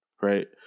right